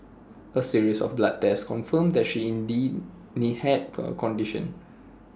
A series of blood tests confirmed that she indeed need had the condition